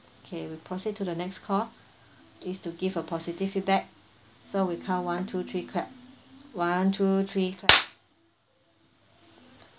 okay we proceed to the next call is to give a positive feedback so we count one two three clap one two three clap